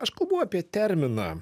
aš kalbu apie terminą